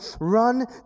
Run